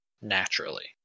naturally